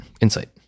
Insight